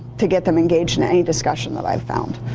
to get them engaged in any discussion that i've found.